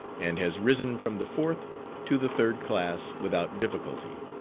and has risen from the fourth to the third class without difficulty.